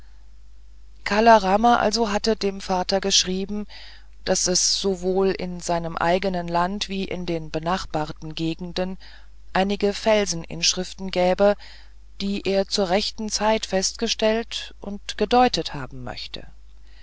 kala rama also hatte dem vater geschrieben daß es sowohl in seinem eigenen lande wie in den benachbarten gegenden einige felseninschriften gäbe die er zu rechter zeit festgestellt und gedeutet haben möchte